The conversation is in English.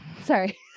Sorry